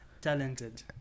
Talented